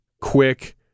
quick